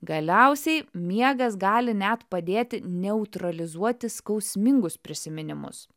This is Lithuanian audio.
galiausiai miegas gali net padėti neutralizuoti skausmingus prisiminimus